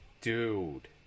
Dude